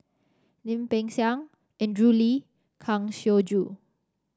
Lim Peng Siang Andrew Lee Kang Siong Joo